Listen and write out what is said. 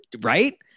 right